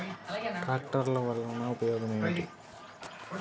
ట్రాక్టర్లు వల్లన ఉపయోగం ఏమిటీ?